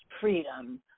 freedom